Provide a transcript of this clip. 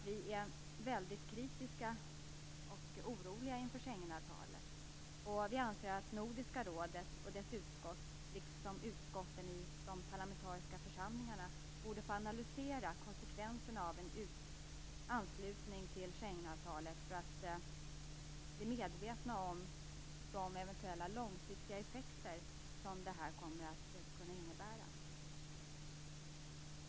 Vi är kritiska och oroliga inför Schengenavtalet. Vi anser att Nordiska rådet och dess utskott liksom utskotten i de parlamentariska församlingarna borde analysera konsekvenserna av en anslutning till Schengenavtalet för att bli medvetna om de långsiktiga effekter som det kan innebära.